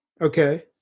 okay